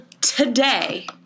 today